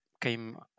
came